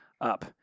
up